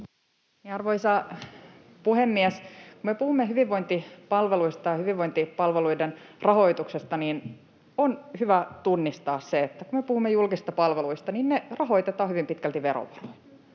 Arvoisa puhemies! Kun me puhumme hyvinvointipalveluista ja hyvinvointipalveluiden rahoituksesta, on hyvä tunnistaa se, että kun me puhumme julkisista palveluista, ne rahoitetaan hyvin pitkälti verovaroin